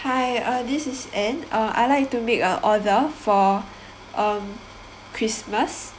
hi uh this is ann uh I like to make a order for um Christmas